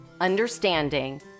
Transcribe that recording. understanding